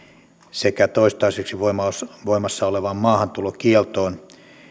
sekä toistaiseksi voimassa voimassa olevaan maahantulokieltoon